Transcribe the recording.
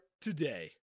today